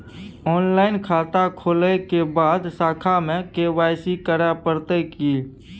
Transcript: Online खाता खोलै के बाद शाखा में के.वाई.सी करे परतै की?